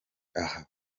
aha